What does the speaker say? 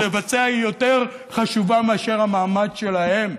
לבצע יותר חשובה מאשר המעמד שלהם.